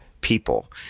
people